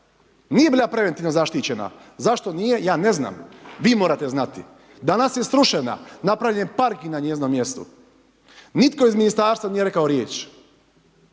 Nije bila preventivno zaštićena. Zašto nije ja ne znam, vi morate znati. Danas je srušena. Napravljen je parking na njezinom mjestu. Nitko iz Ministarstva nije rekao riječ.